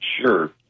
Sure